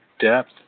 depth